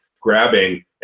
grabbing –